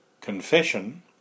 Confession